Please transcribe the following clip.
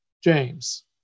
James